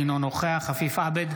אינו נוכח עפיף עבד,